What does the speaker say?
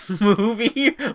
movie